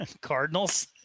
Cardinals